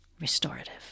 restorative